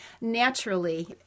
naturally